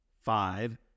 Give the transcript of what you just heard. Five